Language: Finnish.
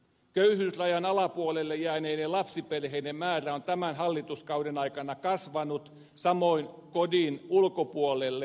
köyhyysrajan alapuolelle jääneiden lapsiperheiden määrä on tämän hallituskauden aikana kasvanut samoin kodin ulkopuolelle sijoitettujen lasten määrä